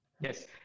Yes